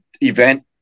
event